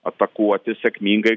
atakuoti sėkmingai